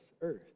earth